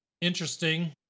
interesting